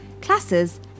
classes